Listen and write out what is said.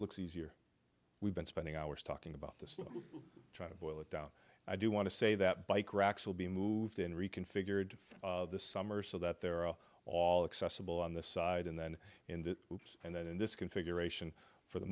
looks easier we've been spending hours talking about this trying to boil it down i do want to say that bike racks will be moved in reconfigured this summer so that there are all accessible on the side and then in that and then in this configuration for the